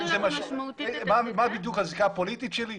מה בדיוק הזיקה הפוליטית שלי?